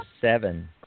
seven